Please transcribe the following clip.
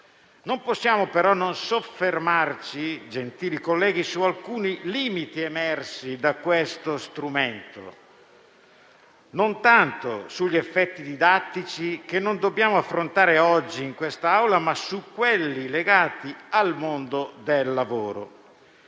Non possiamo però non soffermarci, gentili colleghi, su alcuni limiti emersi da questo strumento, non tanto sugli effetti didattici, che non dobbiamo affrontare oggi in quest'Aula, ma su quelli legati al mondo del lavoro.